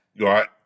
right